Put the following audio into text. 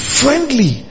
friendly